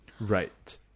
Right